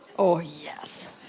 oh yes.